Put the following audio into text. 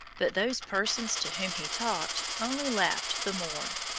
but those persons to whom he talked only laughed the more.